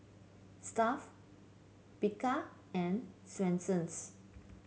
Stuff'd Bika and Swensens